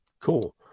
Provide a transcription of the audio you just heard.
Cool